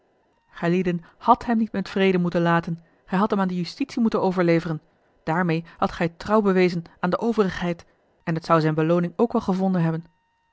gijlieden hadt hem niet met vrede moeten laten gij hadt hem aan de justitie moeten overleveren daarmeê hadt gij trouw bewezen aan de overigheid en t zou zijne belooning ook wel gevonden hebben